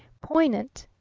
poignant,